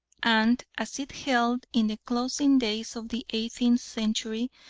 and as it held in the closing days of the eighteenth century,